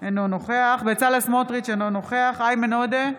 אינו נוכח בצלאל סמוטריץ' אינו נוכח איימן עודה,